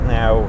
now